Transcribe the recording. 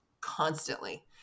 constantly